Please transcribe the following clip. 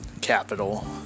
capital